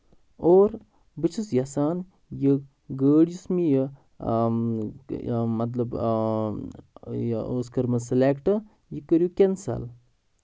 اور بہٕ چھُس یَژھان یہِ گٲڑۍ یُس مےٚ یہِ مطلب یہِ یہِ ٲس کٔرمٕژ سِلیکٹ یہِ کٔرِو کینسل